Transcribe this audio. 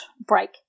break